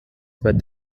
but